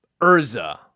Urza